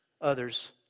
others